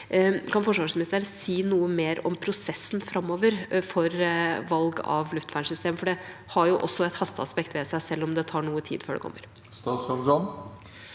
Kan forsvarsministeren si noe mer om prosessen framover for valg av luftvernsystem, for det har også et hasteaspekt ved seg, selv om det tar noe tid før det kommer. Statsråd